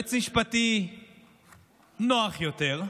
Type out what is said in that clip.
יועץ משפטי נוח יותר,